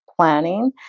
planning